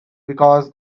because